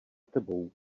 tebou